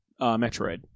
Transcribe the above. Metroid